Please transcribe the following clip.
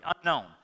unknown